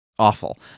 Awful